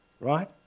right